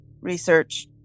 research